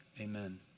Amen